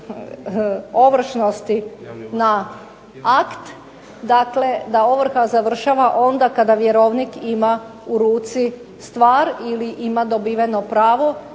ovršnosti na akt, dakle da ovrha završava onda kada vjerovnik ima u ruci stvar ili ima dobiveno pravo